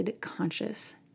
conscious